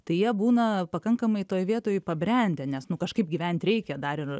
tai jie būna pakankamai toj vietoj pabrendę nes nu kažkaip gyvent reikia dar ir